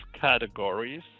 categories